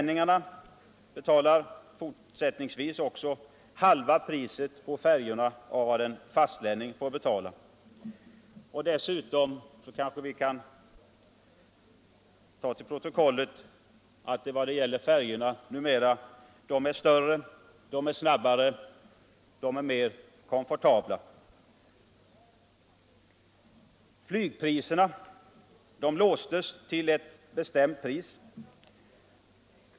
På färjorna betalar gotlänningarna fortsättningsvis bara halva priset av vad en fastlänning får betala. Dessutom kanske vi kan ta till protokollet att färjorna blivit större, snabbare och mer komfortabla. Flygpriserna låstes till ett bestämt pris.